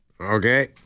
Okay